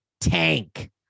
tank